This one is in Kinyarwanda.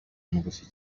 mugufi